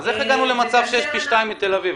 אז איך הגענו למצב שיש פי 2 מכשירים בתל אביב?